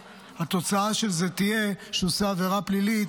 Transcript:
התוצאה של זה תהיה שהוא עושה עבירה פלילית,